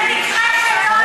זה מקרה שלא היה,